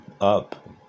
up